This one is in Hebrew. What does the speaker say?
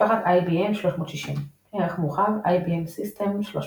משפחת IBM/360 ערך מורחב – IBM System/360